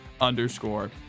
underscore